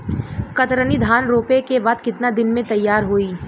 कतरनी धान रोपे के बाद कितना दिन में तैयार होई?